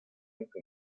life